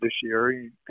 Judiciary